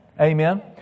Amen